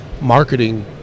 marketing